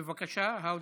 בבקשה, האוזר.